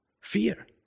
Fear